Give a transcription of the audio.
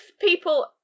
people